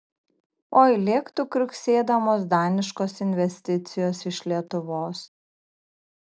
oi lėktų kriuksėdamos daniškos investicijos iš lietuvos